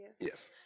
Yes